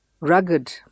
rugged